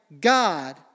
God